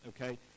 okay